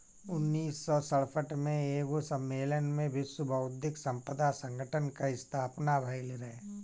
उन्नीस सौ सड़सठ में एगो सम्मलेन में विश्व बौद्धिक संपदा संगठन कअ स्थापना भइल रहे